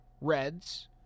Reds